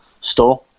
store